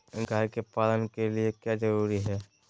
गाय के पालन के लिए क्या जरूरी है?